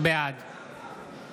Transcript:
בעד